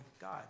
God